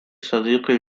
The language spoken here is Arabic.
صديقي